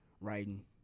writing